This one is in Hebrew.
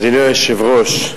אדוני היושב-ראש,